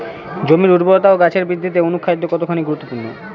জমির উর্বরতা ও গাছের বৃদ্ধিতে অনুখাদ্য কতখানি গুরুত্বপূর্ণ?